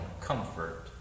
comfort